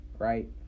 Right